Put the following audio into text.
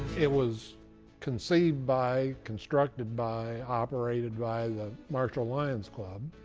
it was conceived by, constructed by, operated by the marshall lion's club.